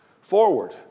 forward